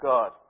God